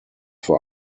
vor